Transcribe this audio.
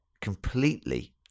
completely